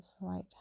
right